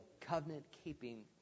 covenant-keeping